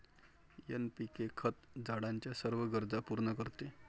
NPK खत झाडाच्या सर्व गरजा पूर्ण करते